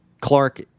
Clark